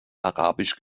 arabisch